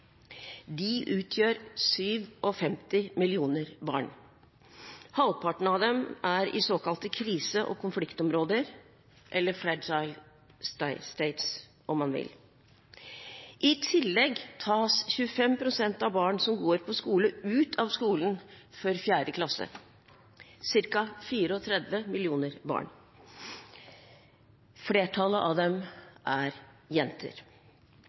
De utgjør 57 millioner barn. Halvparten av dem er i såkalte krise- og konfliktområder – eller «fragile states», om man vil. I tillegg tas 25 pst. av barn som går på skole, ut av skolen før 4. klasse, ca. 34 millioner barn. Flertallet av dem er jenter.